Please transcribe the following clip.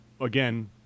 again